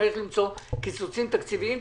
צריך למצוא קיצוצים תקציביים,